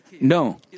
No